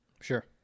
Sure